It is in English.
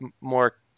more